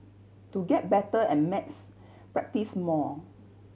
to get better at maths practise more